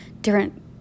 different